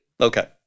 Okay